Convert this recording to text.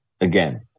again